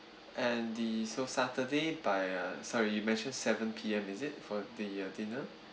and the so saturday by uh sorry you mentioned seven P_M is it for the uh dinner